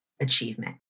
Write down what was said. achievement